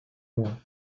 moi